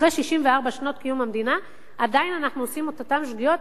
אחרי 64 שנות קיום המדינה עדיין אנחנו עושים אותן שגיאות,